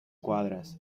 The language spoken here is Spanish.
cuadras